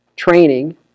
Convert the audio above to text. Training